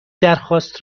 درخواست